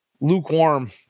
lukewarm